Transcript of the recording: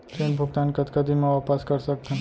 ऋण भुगतान कतका दिन म वापस कर सकथन?